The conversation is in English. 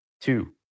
Two